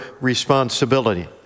responsibility